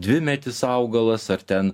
dvimetis augalas ar ten